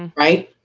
and right?